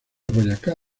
boyacá